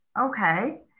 okay